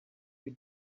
you